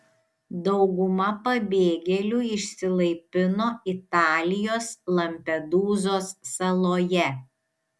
dauguma pabėgėlių išsilaipino italijos lampedūzos saloje